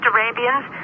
Arabians